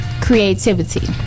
creativity